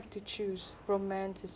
ya romance is me